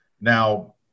Now